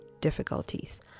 difficulties